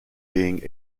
being